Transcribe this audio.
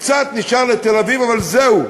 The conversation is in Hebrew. קצת נשאר לתל-אביב, אבל זהו.